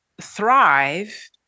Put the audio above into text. thrive